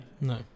No